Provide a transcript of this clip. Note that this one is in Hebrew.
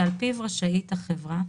שעל פיו רשאית החברה